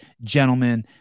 gentlemen